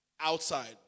outside